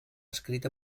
escrita